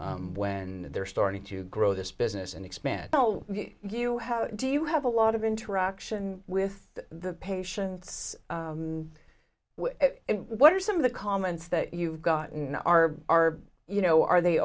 about when they're starting to grow this business and expand no you have do you have a lot of interaction with the patients and what are some of the comments that you've gotten are are you know are they